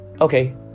okay